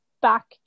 back